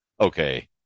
okay